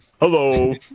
Hello